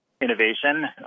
innovation